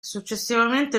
successivamente